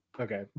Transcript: Okay